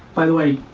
by the way,